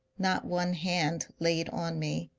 not one hand laid on me,